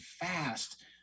fast